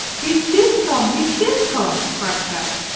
he did come! he did come! cried kat.